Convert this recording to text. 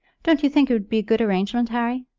don't you think it would be a good arrangement, harry?